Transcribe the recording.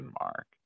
mark